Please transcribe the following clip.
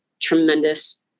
tremendous